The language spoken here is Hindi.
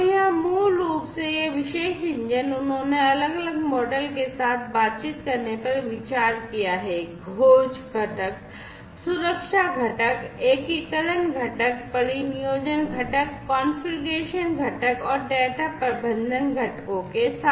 तो यहाँ मूल रूप से यह विशेष इंजन उन्होंने अलग अलग मॉडल के साथ बातचीत करने पर विचार किया है खोज घटक सुरक्षा घटक एकीकरण घटक परिनियोजन घटक कॉन्फ़िगरेशन घटक और डेटा प्रबंधन घटकों के साथ